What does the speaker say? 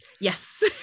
Yes